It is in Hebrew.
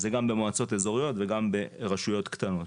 זה גם במועצות אזוריות וגם ברשויות קטנות.